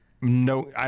No